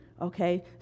okay